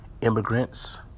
immigrants